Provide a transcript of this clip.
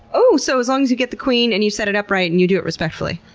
ooo! so as long as you get the queen, and you set it up right, and you do it respectfully.